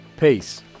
Peace